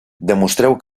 demostreu